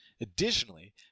Additionally